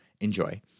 enjoy